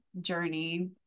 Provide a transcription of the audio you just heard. journey